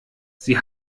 sie